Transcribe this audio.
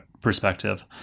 perspective